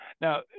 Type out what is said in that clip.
Now